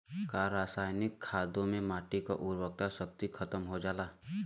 का रसायनिक खादों से माटी क उर्वरा शक्ति खतम हो जाला?